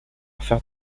faire